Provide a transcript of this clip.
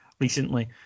recently